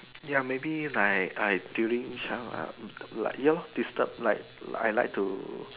ya maybe like I during child ah like your disturb like I like to